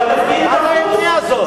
אבל התפקיד תפוס.